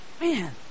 Man